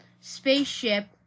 spaceship